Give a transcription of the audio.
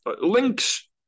links